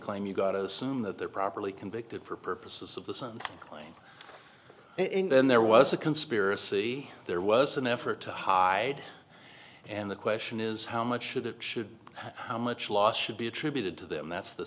claim you've got to assume that they're properly convicted for purposes of the sun's claim and then there was a conspiracy there was an effort to hide and the question is how much should it should how much loss should be attributed to them that's the